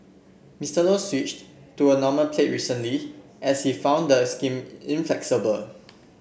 Mister Low switched to a normal plate recently as he found the scheme inflexible